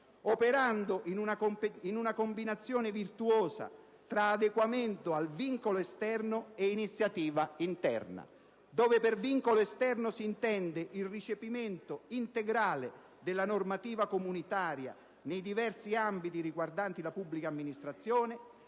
operando in una combinazione virtuosa tra adeguamento al vincolo esterno e iniziativa interna. Per vincolo esterno si intende il recepimento integrale della normativa comunitaria nei diversi ambiti riguardanti la pubblica amministrazione,